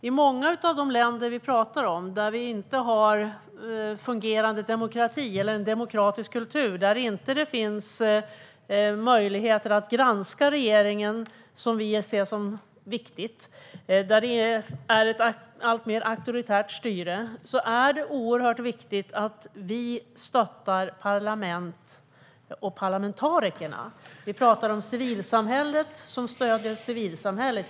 I många av de länder som inte har en fungerande demokrati eller en demokratisk kultur och det inte finns möjligheter att granska regeringarna, något som vi ser som viktigt, och som har ett alltmer auktoritärt styre, är det oerhört viktigt att vi stöttar parlamenten och parlamentarikerna. Vi pratar om civilsamhället som stöder civilsamhället.